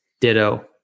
Ditto